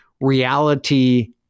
reality